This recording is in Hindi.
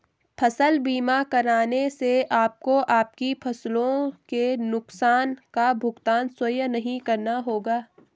फसल बीमा कराने से आपको आपकी फसलों के नुकसान का भुगतान स्वयं नहीं करना होगा